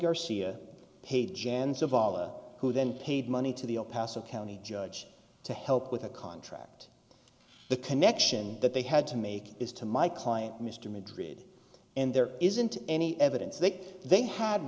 allah who then paid money to the oh paso county judge to help with a contract the connection that they had to make is to my client mr madrid and there isn't any evidence that they had